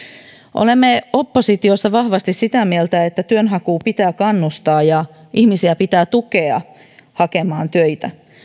olemme oppositiossa vahvasti sitä mieltä että työnhakuun pitää kannustaa ja ihmisiä pitää tukea hakemaan töitä